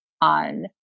on –